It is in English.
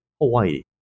Hawaii